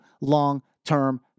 long-term